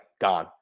gone